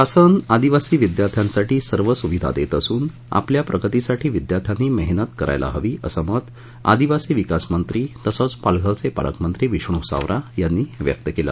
शासन आदिवासी विद्यार्थ्यांसाठी सर्व सुविधा देत असून आपल्या प्रगतीसाठी विद्यार्थ्यांनी मेहनत करायला हवी असं मत आदिवासी विकास मंत्री तसंच पालघरचे पालकमंत्री विष्णू सावरा यांनी व्यक्त केलं